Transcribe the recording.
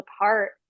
apart